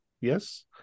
Yes